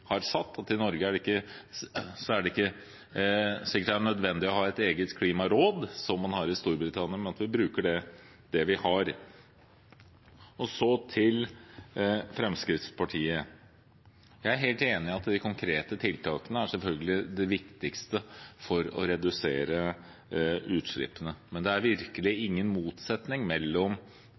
har satt. I Norge er det ikke sikkert det er nødvendig å ha et eget klimaråd, som man har i Storbritannia, men at vi bruker det vi har. Så til Fremskrittspartiet. Jeg er helt enig i at de konkrete tiltakene selvfølgelig er det viktigste for å redusere utslippene, men det er virkelig ingen motsetning mellom